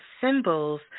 symbols